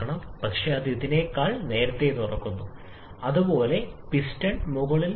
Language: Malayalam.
ന്റെ യഥാർത്ഥ ഘടന നമ്മൾ ഇതിനകം സൂചിപ്പിച്ചതുപോലെ മിശ്രിതം ഗണ്യമായി മാറാം